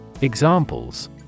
Examples